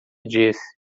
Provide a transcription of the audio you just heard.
disse